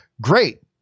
Great